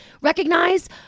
recognize